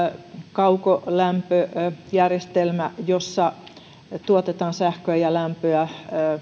kaukolämpöjärjestelmä jossa tuotetaan sähköä ja lämpöä